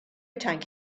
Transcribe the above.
tank